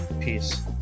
peace